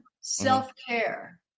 self-care